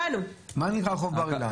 מה נראה רחוב בר אילן.